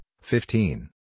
fifteen